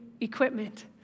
equipment